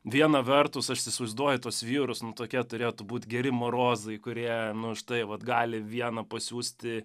viena vertus aš įsivaizduoju tuos vyrus nu tokie turėtų būt geri marozai kurie na štai vat gali vieną pasiųsti